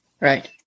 Right